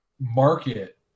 market